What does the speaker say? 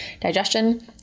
digestion